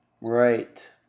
Right